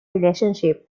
relationship